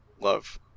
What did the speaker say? love